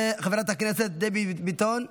חברת הכנסת דבי ביטון,